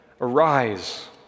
Arise